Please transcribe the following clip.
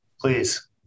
please